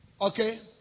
okay